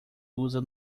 usa